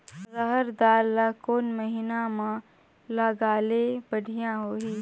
रहर दाल ला कोन महीना म लगाले बढ़िया होही?